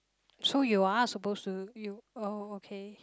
so you are suppose to you oh okay